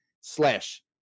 slash